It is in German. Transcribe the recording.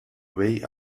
way